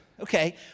okay